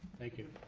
thank you.